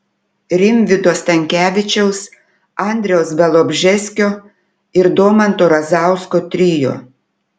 rimvydo stankevičiaus andriaus bialobžeskio ir domanto razausko trio